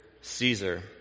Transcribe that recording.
Caesar